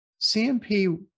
CMP